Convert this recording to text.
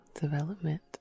development